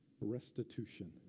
restitution